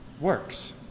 works